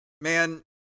man